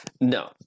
No